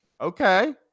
Okay